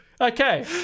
Okay